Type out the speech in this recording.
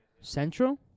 Central